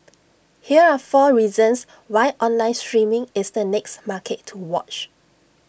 here are four reasons why online streaming is the next market to watch